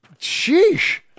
sheesh